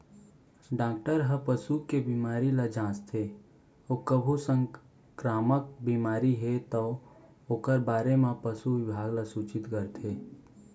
doctor हर पसू के बेमारी ल जांचथे अउ कभू संकरामक बेमारी हे तौ ओकर बारे म पसु बिभाग ल सूचित करथे